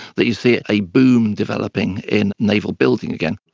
that you see a boom developing in naval building again.